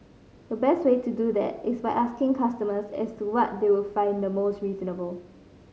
the best way to do that is by asking customers as to what they would find the most reasonable